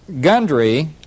Gundry